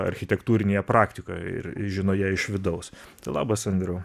architektūrinėje praktikoje ir žino ją iš vidaus tai labas andriau